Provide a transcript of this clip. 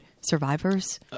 survivors